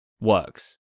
works